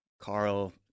Carl